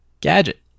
gadget